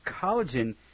collagen